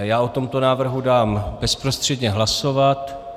Já o tomto návrhu dám bezprostředně hlasovat.